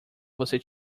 você